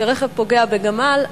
כשרכב פוגע בגמל,